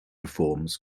reforms